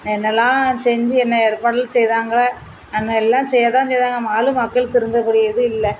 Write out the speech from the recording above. என்னெல்லாம் செஞ்சி என்ன ஏற்பாடுகள் செய்கிறாங்க ஆனால் எல்லாம் செய்த தான் செய்கிறாங்க ஆனாலும் மக்கள் திருந்தக்கூடியது இல்லை